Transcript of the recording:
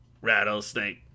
rattlesnake